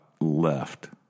Left